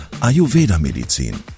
Ayurveda-Medizin